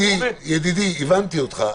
--- ידידי, הבנתי אותך.